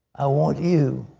i want you